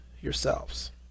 yourselves